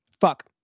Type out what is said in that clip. fuck